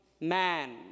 man